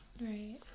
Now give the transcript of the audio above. Right